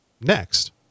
next